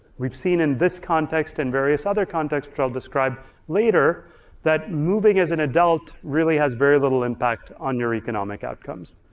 we've see in this context and various other context which i'll describe later that moving as an adult really has very little impact on your economic outcomes.